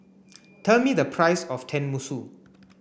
tell me the price of Tenmusu